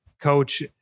Coach